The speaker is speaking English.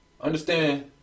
understand